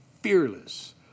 Fearless